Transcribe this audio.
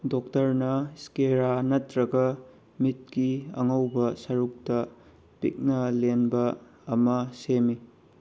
ꯗꯣꯛꯇꯔꯅ ꯏꯁꯀꯦꯔꯥ ꯅꯠꯇ꯭ꯔꯒ ꯃꯤꯠꯀꯤ ꯑꯉꯧꯕ ꯁꯔꯨꯛꯇ ꯄꯤꯛꯅ ꯂꯦꯟꯕ ꯑꯃ ꯁꯦꯝꯃꯤ